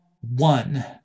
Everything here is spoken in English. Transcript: one